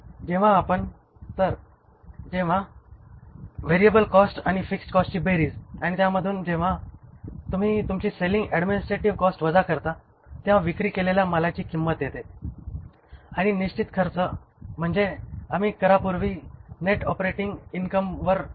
तर जेव्हा variable cost आणि फिक्स्ड कॉस्टची बेरीज आणि त्यामधून जेव्हा तुम्ही सेलिंग ऍडमिनिस्ट्रेटिव्ह कॉस्ट वजा करता तेव्हा विक्री केलेल्या मालाची किंमत येते आणि निश्चित खर्च म्हणजे आम्ही करापूर्वी नेट ऑपरेटिंग इनकमवर पोचतो